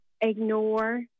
ignore